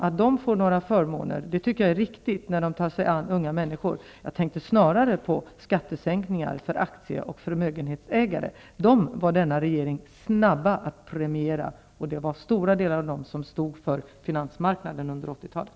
Att de får förmåner när de tar sig an unga människor tycker jag är riktigt. Jag tänkte snarare på skattesänkningar för aktie och förmögenhetsägare. Dem var denna regering snabb att premiera. Det var till stor del de som stod för finansmarknaden under 80-talet.